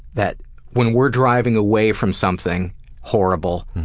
that when we're driving away from something horrible,